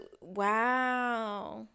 wow